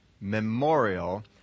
memorial